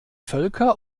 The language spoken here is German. völker